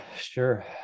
sure